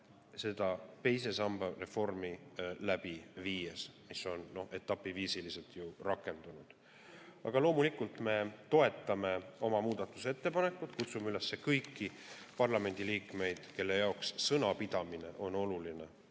seda teise samba reformi läbi viies, mis on ju etapiviisiliselt rakendunud. Aga loomulikult me toetame oma muudatusettepanekut ja kutsume üles kõiki parlamendiliikmeid, kelle jaoks sõnapidamine on riigi